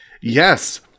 Yes